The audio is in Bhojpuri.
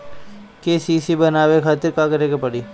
के.सी.सी बनवावे खातिर का करे के पड़ी?